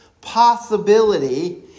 possibility